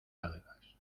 algas